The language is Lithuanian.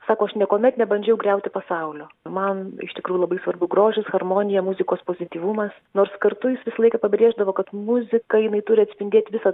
sako aš niekuomet nebandžiau griauti pasaulio man iš tikrųjų labai svarbu grožis harmonija muzikos pozityvumas nors kartu jis visą laiką pabrėždavo kad muzika jinai turi atspindėti visą